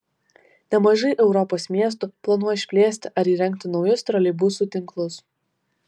nemažai europos miestų planuoja išplėsti ar įrengti naujus troleibusų tinklus